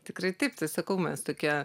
tikrai taip sakau mes tokie